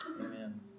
Amen